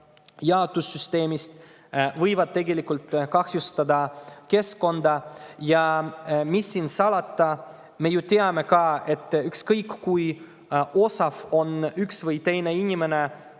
jaotussüsteemist võivad kahjustada keskkonda. Ja mis siin salata, me ju teame ka, et ükskõik kui osav üks või teine inimene